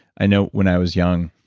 i know when i was young,